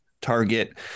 Target